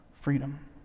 freedom